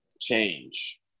change